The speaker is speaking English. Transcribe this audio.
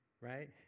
right